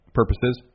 purposes